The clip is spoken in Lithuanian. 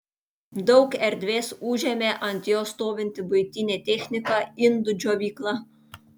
daug erdvės užėmė ant jo stovinti buitinė technika indų džiovykla